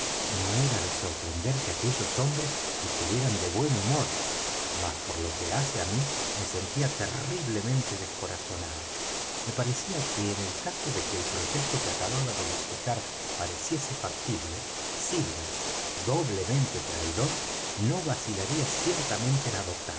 no era de sorprender que aquellos hombres estuvieran de buen humor mas por lo que hace á mí me sentía terriblemente descorazonado me parecía que en el caso de que el proyecto que acababa de bosquejar pareciese factible silver doblemente traidor no vacilaría ciertamente en adoptarlo